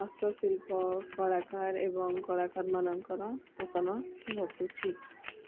ହସ୍ତଶିଳ୍ପ କଳାକାର ଏବଂ କଳାକାରମାନଙ୍କର ପତନ ଘଟୁଛି